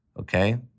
Okay